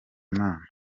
imana